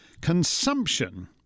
Consumption